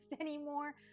anymore